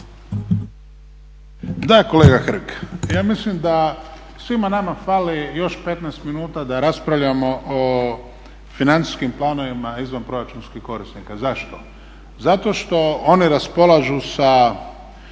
Da kolega Hrg, ja mislim da svima nama fali još 15 minuta da raspravljamo o financijskim planovima izvanproračunskih korisnika. Zašto? zato što oni raspolažu sa